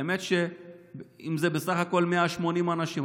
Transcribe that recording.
האמת שאם זה בסך הכול 180 אנשים,